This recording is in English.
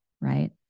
right